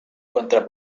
contra